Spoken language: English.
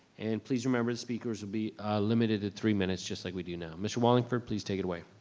and please remember the speakers will be limited to three minutes, just like we do now. mr. wallingford, please take it away.